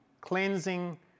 cleansing